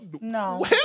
No